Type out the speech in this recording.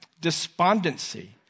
despondency